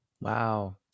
Wow